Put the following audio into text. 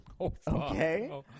Okay